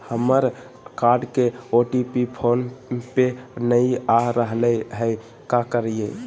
हमर कार्ड के OTP phone पे नई आ रहलई हई, का करयई?